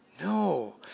No